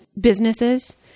businesses